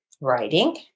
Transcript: writing